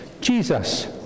Jesus